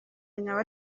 nyawe